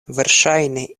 verŝajne